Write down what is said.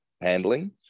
handling